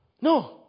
No